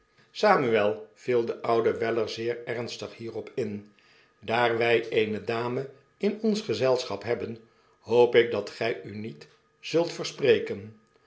samuel viel de oude weller zeerernstig hierop in daar wy eene dame in ons gezelschap hebben hoop ik dat gy u niet zuit verspreken